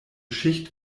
schicht